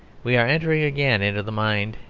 we are entering again into the mind,